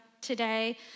Today